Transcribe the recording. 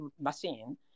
machine